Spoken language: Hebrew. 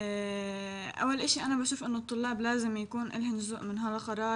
חשוב לי לציין שאנחנו מאוד חשובים בלקחת החלטות,